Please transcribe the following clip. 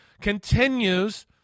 continues